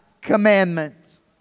commandments